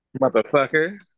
Motherfucker